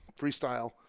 freestyle